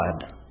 God